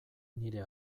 nire